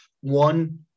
one